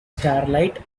starlight